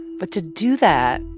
but to do that,